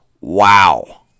Wow